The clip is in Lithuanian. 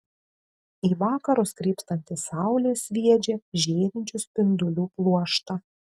į vakarus krypstanti saulė sviedžia žėrinčių spindulių pluoštą